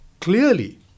clearly